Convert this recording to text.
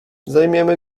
zajmiemy